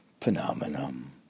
phenomenon